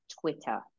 Twitter